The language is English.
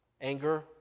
anger